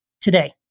today